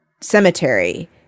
cemetery